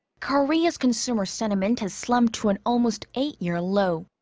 korea's consumer sentiment has slumped to an almost eight-year low.